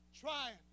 trying